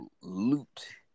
loot